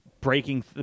breaking